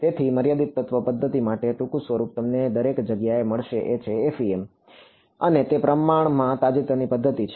તેથી મર્યાદિત તત્વ પદ્ધતિ માટેનું ટૂંકું સ્વરૂપ તમને દરેક જગ્યાએ મળશે એ FEM છે અને તે પ્રમાણમાં તાજેતરની પદ્ધતિ છે